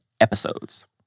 episodes